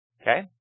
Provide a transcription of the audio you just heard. Okay